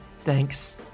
Thanks